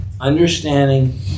understanding